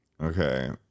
okay